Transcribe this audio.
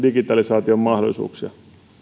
digitalisaation mahdollisuuksia